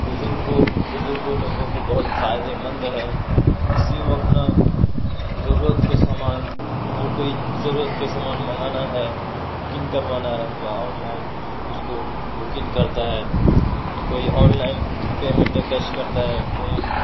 بزرگوں بزرگوں لوگوں کو بہت فائدے مند ہے اس سے وہ اپنا ضرورت کے سامان اور کوئی ضرورت کے سامان منگانا ہے بکنگ کروانا ہے تو آن لائن اس کو بكنگ كرتا ہے کوئی آن لائن پیمینٹ یا کیش کرتا ہے کوئی